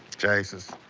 jase's.